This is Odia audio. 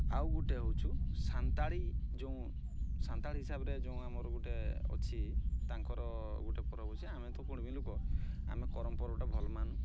ଆଉ ଗୋଟେ ହେଉଛି ସାନ୍ତାଳି ଯେଉଁ ସାନ୍ତାଳ ହିସାବରେ ଯେଉଁ ଆମର ଗୋଟେ ଅଛି ତାଙ୍କର ଗୋଟେ ପର୍ବ ଅଛି ଆମେ ତ କୁଡ଼୍ମି ଲୋକ ଆମେ କରମ୍ ପର୍ବଟା ଭଲ ମାନୁ